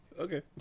Okay